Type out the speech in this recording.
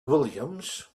williams